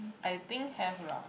I think have lah